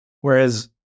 Whereas